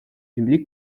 земли